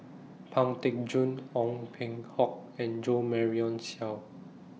Pang Teck Joon Ong Peng Hock and Jo Marion Seow